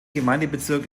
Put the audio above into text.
gemeindebezirk